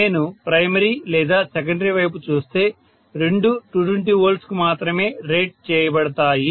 నేను ప్రైమరీ లేదా సెకండరీ వైపు చూస్తే రెండూ 220 V కి మాత్రమే రేట్ చేయబడతాయి